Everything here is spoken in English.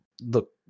look